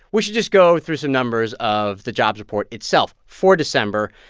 we should just go through some numbers of the jobs report itself for december.